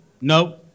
no